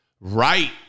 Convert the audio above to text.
Right